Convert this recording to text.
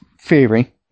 theory